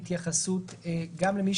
תרשה לי, אני אמשיך